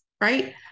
right